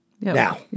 Now